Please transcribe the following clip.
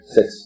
Six